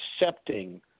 accepting